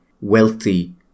wealthy